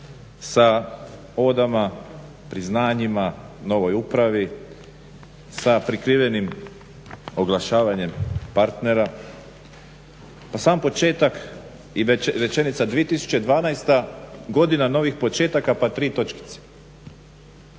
sa odama, priznanjima novoj upravi, sa prikrivenim oglašavanjem partnera. Pa sam početak i rečenica 2012. godina novih početaka pa tri točkice